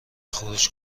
خروج